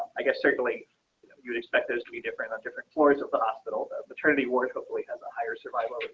i guess, certainly, you know you'd expect those to be different on different floors of the hospital maternity ward hopefully has a higher surviving